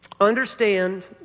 Understand